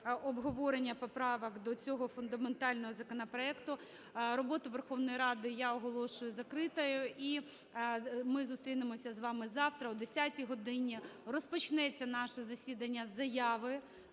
обговорення поправок до цього фундаментального законопроекту. Роботу Верховної Ради я оголошую закритою. І ми зустрінемося з вами завтра о 10-й годині. Розпочнеться наше засідання із заяви